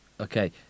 Okay